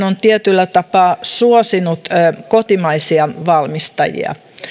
on tietyllä tapaa suosinut kotimaisia valmistajia